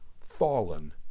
fallen